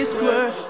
Square